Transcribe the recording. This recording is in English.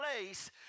place